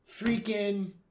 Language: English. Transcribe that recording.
freaking